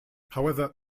however